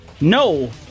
No